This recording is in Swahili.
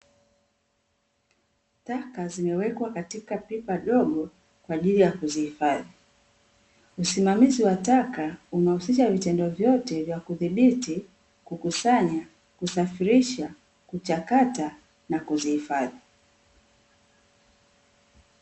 Taka zimewekwa katika pipa dogo kwa ajili ya kuzihifadi. Usimamizi wa taka unahusisha vitendo vyote vya kudhibiti, kukusanya , kusafirisha, kuchakata na kuzihifadhi.